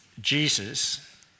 Jesus